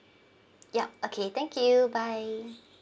yup okay thank you bye